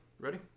Ready